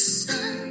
sun